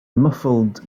muffled